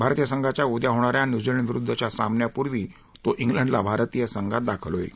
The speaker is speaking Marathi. भारतीय संघाच्या उद्या होणाऱ्या न्यूझीलंडविरुद्धच्या सामन्यापूर्वी तो इंग्लंडला भारतीय संघात दाखल होईल